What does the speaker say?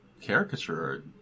caricature